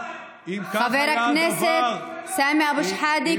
חבר הכנסת סמי אבו שחאדה,